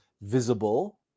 visible